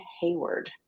Hayward